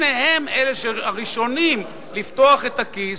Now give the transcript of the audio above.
הנה הם הראשונים לפתוח את הכיס,